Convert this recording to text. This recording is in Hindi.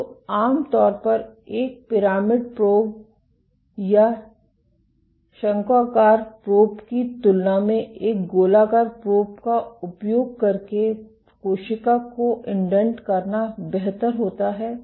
तो आम तौर पर एक पिरामिड प्रॉब या शंक्वाकार प्रॉब की तुलना में एक गोलाकार प्रॉब का उपयोग करके कोशिका को इंडेंट करना बेहतर होता है